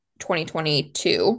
2022